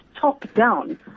top-down